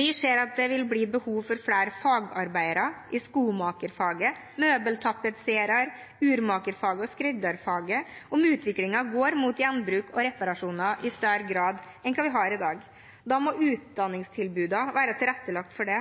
Vi ser at det vil bli behov for flere fagarbeidere i skomaker-, møbeltapetserer-, urmaker- og skredderfaget om utviklingen går mot gjenbruk og reparasjoner i større grad enn hva vi har i dag. Da må utdanningstilbudene være tilrettelagt for det.